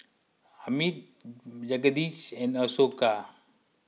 Amit Jagadish and Ashoka